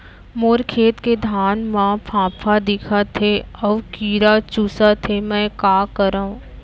मोर खेत के धान मा फ़ांफां दिखत हे अऊ कीरा चुसत हे मैं का करंव?